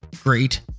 great